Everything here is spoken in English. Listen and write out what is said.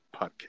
podcast